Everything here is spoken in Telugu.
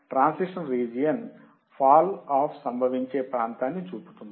ట్రాన్సిషన్ రీజియన్ ఫాల్ ఆఫ్ సంభవించే ప్రాంతాన్ని చూపుతుంది